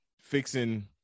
fixing